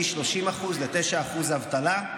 מ-30% ל-9% אבטלה.